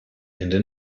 into